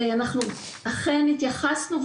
אנחנו אכן התייחסנו,